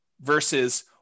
versus